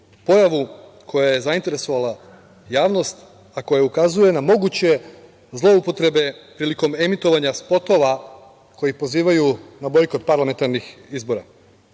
pojavu koja je zainteresovala javnost, a koja ukazuje na moguće zloupotrebe prilikom emitovanja spotova koji pozivaju na bojkot parlamentarnih izbora. Naime,